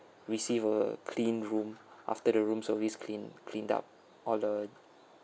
receive a clean room after the room service clean cleaned up all the